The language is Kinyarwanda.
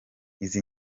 izi